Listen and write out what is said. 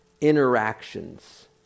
interactions